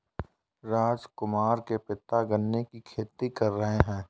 राजकुमार के पिता गन्ने की खेती कर रहे हैं